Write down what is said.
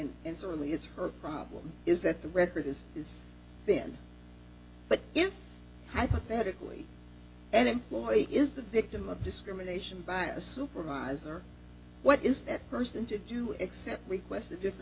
and certainly it's her problem is that the record this is then but if hypothetically an employee is the victim of discrimination by a supervisor what is that person to do except request a different